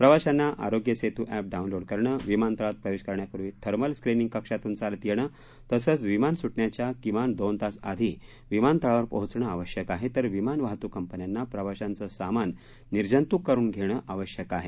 प्रवाशांना Aarogya Setu app download करण विमानतळात प्रवेश करण्यापूर्वी थर्मल स्क्रीनिंग कक्षातून चालत येणं तसंच विमान सुटण्याच्या किमान दोन तास आधी विमानतळावर पोहोचणं आवश्यक आहे तर विमान वाहतूक कंपन्यांना प्रवाशांचं सामान निर्जंतूक करून घेणं आवश्यक आहे